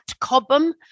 Cobham